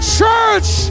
church